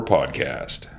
Podcast